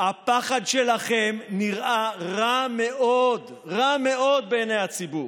הפחד שלכם נראה רע מאוד, רע מאוד בעיני הציבור.